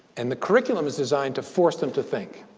and the curriculum is designed to force them to think.